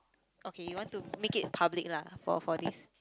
okay you want to make it public lah for for this